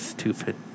stupid